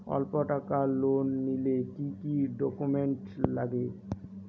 অল্প টাকার লোন নিলে কি কি ডকুমেন্ট লাগে?